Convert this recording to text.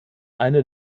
eine